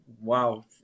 wow